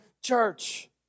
Church